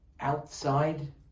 outside